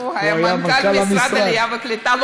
הוא היה מנכ"ל משרד העלייה והקליטה.